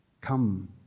Come